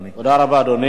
תודה רבה, אדוני.